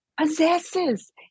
possesses